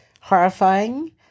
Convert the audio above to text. horrifying